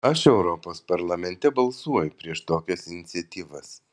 aš europos parlamente balsuoju prieš tokias iniciatyvas